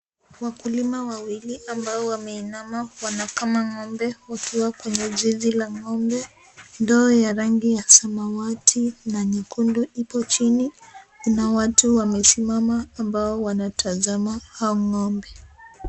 Wakulima wawili ambao wameinama wanakama ng'ombe wakiwa kwenye zizi la ng'ombe. Ndoo ya rangi ya samawati na nyekundu ipo chini. Kuna watu wamesimama ambao wanatazama hao ng'ombe.